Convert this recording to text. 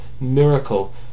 miracle